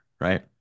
right